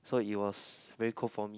so it was very cold for me